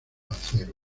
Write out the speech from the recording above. acero